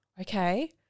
Okay